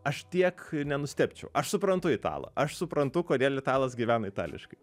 aš tiek nenustebčiau aš suprantu italą aš suprantu kodėl italas gyvena itališkai